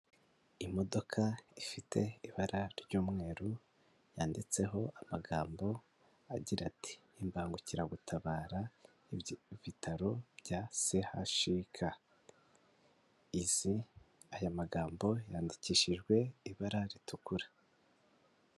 Imodoka ifite ibara ry'umweru, yanditseho amagambo agira ati'' imbangukiragutabara, ibitaro bya sehashika'' izi aya magambo yandikishijwe, ibara ritukura.